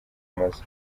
amazu